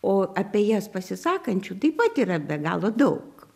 o apie jas pasisakančių taip pat yra be galo daug